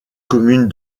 commune